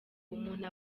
umuntu